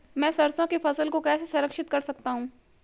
मैं सरसों की फसल को कैसे संरक्षित कर सकता हूँ?